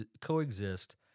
coexist